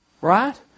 Right